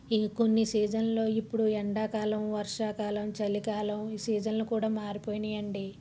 ఈ కొన్ని సీజన్లో ఇప్పుడు ఎండాకాలం వర్షాకాలం చలికాలం ఈ సీజన్లు కూడా మారిపోయాయండి